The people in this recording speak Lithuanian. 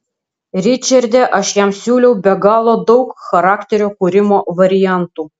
ričarde aš jam siūliau be galo daug charakterio kūrimo variantų